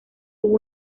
tuvo